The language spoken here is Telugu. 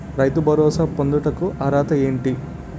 రైతు భరోసా పొందుటకు అర్హత ఏంటి?